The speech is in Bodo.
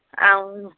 आं